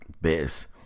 best